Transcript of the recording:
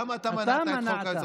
למה אתה מנעת את חוק האזרחות?